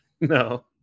No